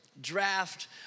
draft